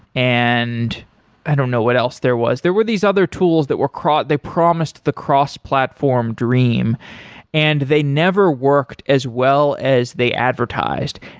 and i don't know what else there was. there were these other tools that were they promised the cross-platform dream and they never worked as well as they advertised.